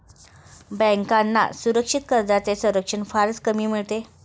बँकांना असुरक्षित कर्जांचे संरक्षण फारच कमी मिळते